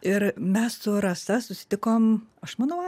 ir mes su rasa susitikom aš manau